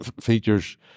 features